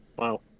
Wow